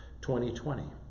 2020